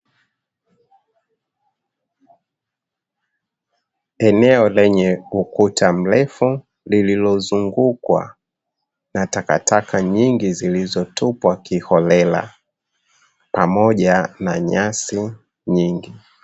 Eneo lenye ukuta mrefu lililozungukwa na takataka nyingi, zilizotupwa kiholela pamoja na nyasi nyingi.